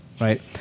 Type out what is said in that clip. right